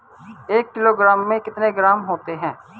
एक किलोग्राम में कितने ग्राम होते हैं?